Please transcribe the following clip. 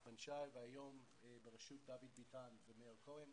ונחמן שי, והיום בראשות דוד ביטן ומאיר כהן.